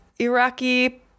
Iraqi